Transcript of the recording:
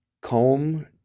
comb